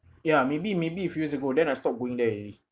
ya maybe maybe few years ago then I stopped going there already